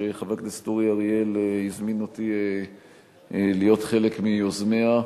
שחבר הכנסת אורי אריאל הזמין אותי להיות חלק מיוזמיה,